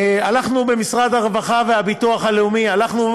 אנחנו במשרד הרווחה והביטוח הלאומי הלכנו